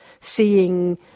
Seeing